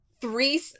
three